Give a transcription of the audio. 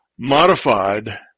Modified